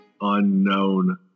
unknown